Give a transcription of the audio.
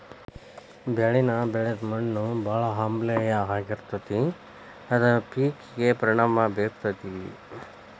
ಬೆಳಿನ ಬೆಳದ ಮಣ್ಣು ಬಾಳ ಆಮ್ಲೇಯ ಆಗಿರತತಿ ಅದ ಪೇಕಿಗೆ ಪರಿಣಾಮಾ ಬೇರತತಿ